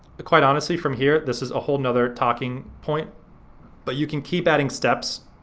ah quite honestly, from here this is a whole nother talking point but you can keep adding steps.